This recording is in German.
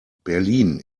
berlin